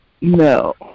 No